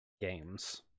games